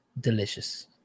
Delicious